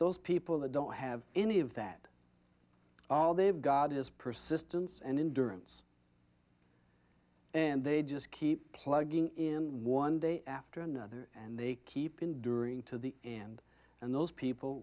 those people that don't have any of that all they have god is persistence and in durance and they just keep plugging in one day after another and they keep enduring to the end and those people